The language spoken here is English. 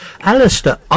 Alistair